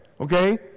Okay